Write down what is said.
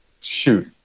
shoot